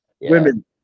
women